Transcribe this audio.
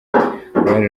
uruhare